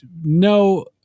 no